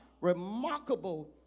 remarkable